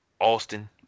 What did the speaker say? Austin